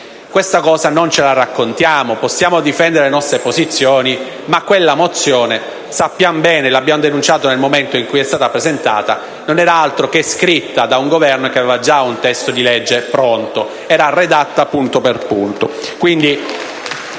Questa cosa non ce la raccontiamo! Possiamo difendere le nostre posizioni, ma sappiamo bene che quella mozione (lo abbiamo denunciato nel momento stesso in cui è stata presentata) non era altro che scritta da un Governo che aveva già un testo di legge pronto: era redatta punto per punto.